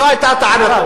זו היתה טענתו.